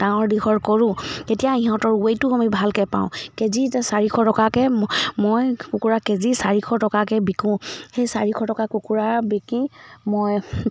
ডাঙৰ দীঘল কৰোঁ তেতিয়া সিহঁতৰ ৱেটো আমি ভালকৈ পাওঁ কেজি চাৰিশ টকাকৈ মই কুকুৰা কেজি চাৰিশ টকাকৈ বিকো সেই চাৰিশ টকা কুকুৰা বিকি মই